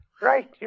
Right